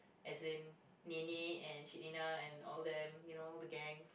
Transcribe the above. as in Nenek and Cik Nina and all them you know the gang